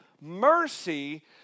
mercy